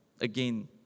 again